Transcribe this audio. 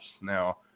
Now